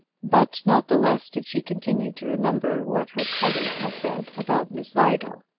but not the less did she continue to remember what her cousin had said about miss vigo.